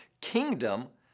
kingdom